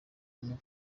ubumwe